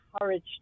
encouraged